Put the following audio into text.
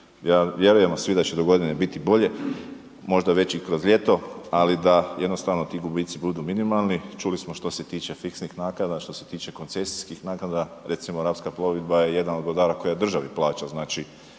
vjerujemo svi da će do godine biti bolje, možda već i kroz ljeto ali da jednostavno ti gubici budu minimalni, čuli smo što se tiče fiksnih naknada, što se tiče koncesijskih naknadama, recimo Rapska plovidba je jedan od .../Govornik se ne